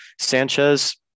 sanchez